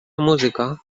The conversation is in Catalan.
música